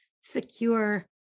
secure